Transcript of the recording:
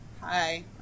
Hi